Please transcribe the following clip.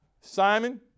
Simon